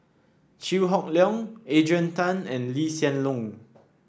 Chew Hock Leong Adrian Tan and Lee Hsien Loong